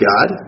God